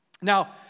Now